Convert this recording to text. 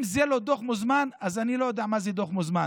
אם זה לא דוח מוזמן,